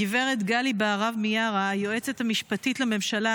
גב' גלי בהרב מיארה היועצת המשפטית לממשלה,